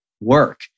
work